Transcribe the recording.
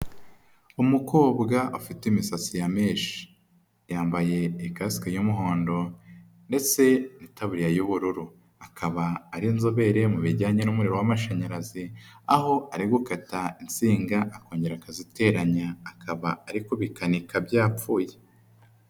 Umukobwa afite imisatsi ya meshi yambaye ikasike y'umuhondo ndetse n'itaburiya y'ubururu akaba ari inzobere mu bijyanye n'umuriro w'amashanyarazi aho ari gukata insinga akongera akaziteranya akaba ari kubikanika byapfuye.